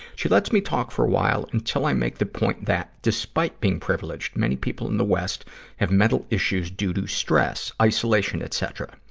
she lets me talk for a while, until i make the point that, despite being privileged, many people in the west have mental issues due to stress, isolation, etcetera.